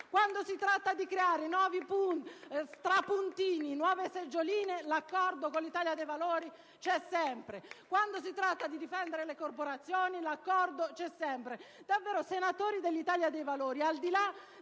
Quando si tratta di creare nuovi strapuntini, nuove seggioline, l'accordo con l'Italia dei Valori c'è sempre. Quando si tratta di difendere le corporazioni, l'accordo c'è sempre. Senatori dell'Italia dei Valori, al di là